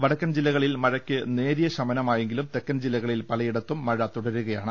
വടക്കൻ ജില്ലകളിൽ മഴയ്ക്ക് നേരിയ ശമനമായെങ്കിലും തെക്കൻ ജില്ലക ളിൽ പലയിടത്തും മഴ തുടരുകയാണ്